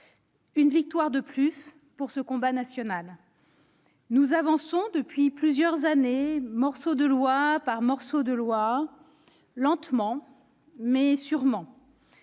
une victoire de plus pour ce combat national. Nous avançons depuis plusieurs années, morceau de loi par morceau de loi, lentement mais sûrement.